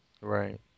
Right